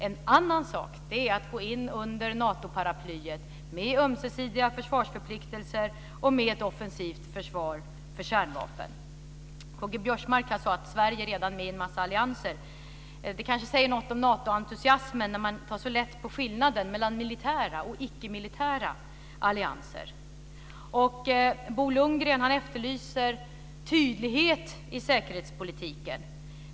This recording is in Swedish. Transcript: En annan sak är att gå in under Natoparaplyet med ömsesidiga försvarsförpliktelser och med ett offensivt försvar för kärnvapen. K-G Biörsmark sade att Sverige redan är med i en massa allianser. Det kanske säger något om Natoentusiasmen när man tar så lätt på skillnaden mellan militära och icke-militära allianser. Bo Lundgren efterlyser tydlighet i säkerhetspolitiken.